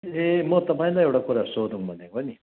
ए म तपाईँलाई एउटा कुरा सोधौँ भनेको नि